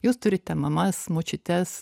jūs turite mamas močiutes